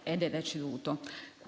dalla madre.